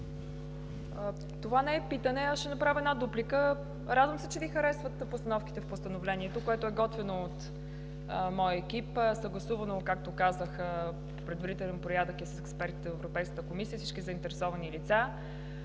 Това не е питане. Аз ще направя една дуплика. Радвам се, че Ви харесват постановките в Постановлението, което е готвено от моя екип, съгласувано е, както казах, в предварителен порядък и с експертите в Европейската комисия, с всички заинтересовани лица.